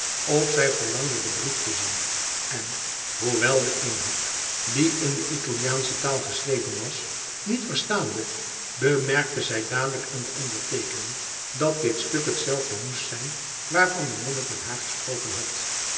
of zij verlangde den brief te zien en hoewel den inhoud die in de italiaansche taal geschreven was niet verstaande bemerkte zij dadelijk aan de onderteekening dat dit stuk hetzelfde moest zijn waarvan de monnik met haar gesproken had